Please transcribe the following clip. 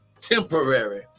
temporary